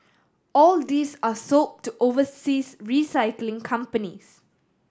all these are sold to overseas recycling companies